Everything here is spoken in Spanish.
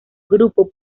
grupo